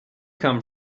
come